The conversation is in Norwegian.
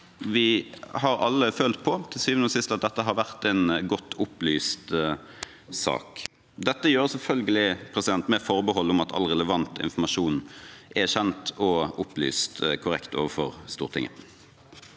til syvende og sist at dette har vært en godt opplyst sak. Dette gjøres selvfølgelig med forbehold om at all relevant informasjon er kjent og opplyst korrekt overfor Stortinget.